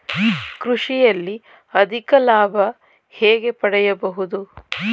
ಕೃಷಿಯಲ್ಲಿ ಅಧಿಕ ಲಾಭ ಹೇಗೆ ಪಡೆಯಬಹುದು?